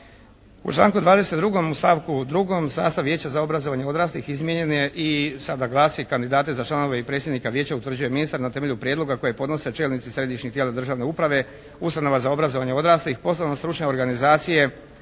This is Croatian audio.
U članku 22. u stavku 2. sastav Vijeća za obrazovanje odraslih izmijenjen je i sada glasi: "Kandidate za članove i predsjednika Vijeća utvrđuje ministar na temelju prijedloga koje podnose čelnici središnjih tijela državne uprave, ustanova za obrazovanje odraslih, posebno stručne organizacije,